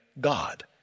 god